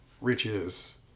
riches